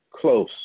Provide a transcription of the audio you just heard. close